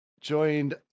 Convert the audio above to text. joined